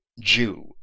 Jew